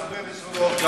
בסורוקה?